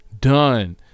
done